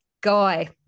Guy